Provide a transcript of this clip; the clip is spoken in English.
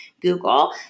google